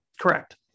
Correct